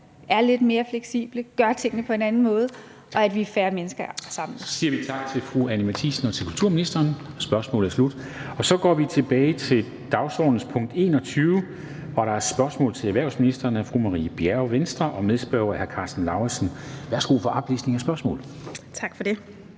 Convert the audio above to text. er lidt mere fleksible, gør tingene på en anden måde, og at vi er færre mennesker samlet. Kl. 17:37 Formanden (Henrik Dam Kristensen): Så siger vi tak til fru Anni Matthiesen og til kulturministeren. Spørgsmålet er slut. Så går vi tilbage til dagsordenens punkt 21, og der er spørgsmål til erhvervsministeren af fru Marie Bjerre og medspørger hr. Karsten Lauritzen fra Venstre. Kl. 17:38 Spm.